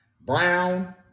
brown